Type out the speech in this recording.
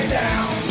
down